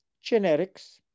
genetics